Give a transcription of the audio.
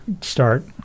start